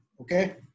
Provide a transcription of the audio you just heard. Okay